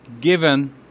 given